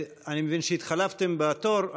אני מבין שהתחלפתם בתור,